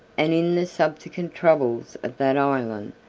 and in the subsequent troubles of that island,